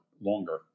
longer